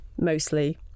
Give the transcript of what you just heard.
mostly